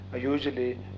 usually